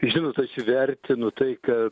žinot aš vertinu tai kad